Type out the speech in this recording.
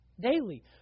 daily